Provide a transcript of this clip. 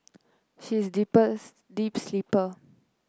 she is sleepers deep sleeper